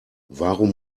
warum